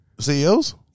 CEOs